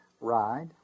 ride